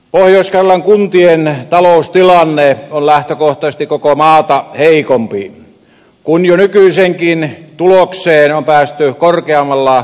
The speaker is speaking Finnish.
pohjois karjalan kuntien taloustilanne on lähtökohtaisesti koko maata heikompi kun jo nykyiseenkin tulokseen on päästy korkeammalla kunnallisverotuksella